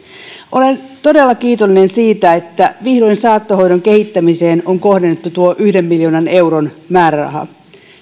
olen todella kiitollinen siitä että vihdoin saattohoidon kehittämiseen on kohdennettu tuo yhden miljoonan euron määräraha